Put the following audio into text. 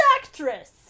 actress